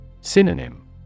Synonym